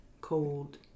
cold